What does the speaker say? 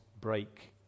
break